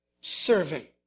serving